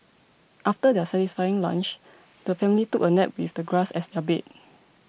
after their satisfying lunch the family took a nap with the grass as their bed